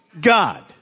God